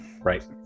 Right